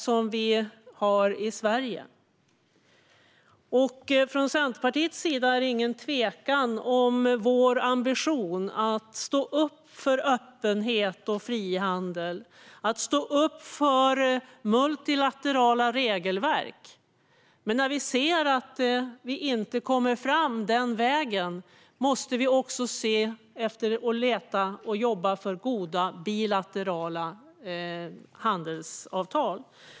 Det är ingen tvekan om Centerpartiets ambition att stå upp för öppenhet och frihandel, att stå upp för multilaterala regelverk. Men när vi inte kommer fram den vägen måste vi jobba för goda bilaterala handelsavtal.